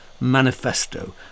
manifesto